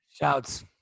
shouts